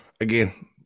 again